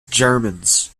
germans